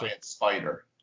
spider